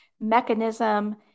mechanism